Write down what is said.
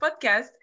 podcast